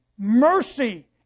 Mercy